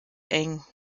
eng